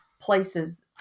places